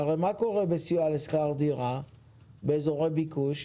הרי בסיוע בשכר דירה באזורי ביקוש,